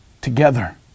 together